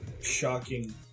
shocking